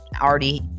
already